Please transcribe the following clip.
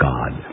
God